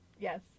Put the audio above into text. Yes